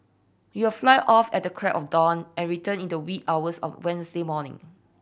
you'll fly off at the crack of dawn and return in the wee hours of Wednesday morning